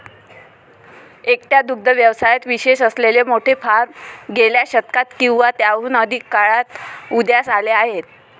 एकट्या दुग्ध व्यवसायात विशेष असलेले मोठे फार्म गेल्या शतकात किंवा त्याहून अधिक काळात उदयास आले आहेत